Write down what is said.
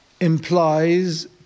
implies